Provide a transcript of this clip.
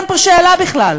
אין פה שאלה בכלל,